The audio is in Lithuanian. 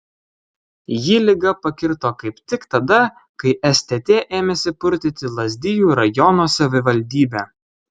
jį liga pakirto kaip tik tada kai stt ėmėsi purtyti lazdijų rajono savivaldybę